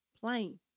plain